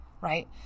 right